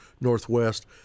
northwest